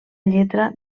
lletra